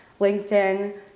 LinkedIn